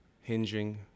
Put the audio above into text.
hinging